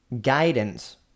guidance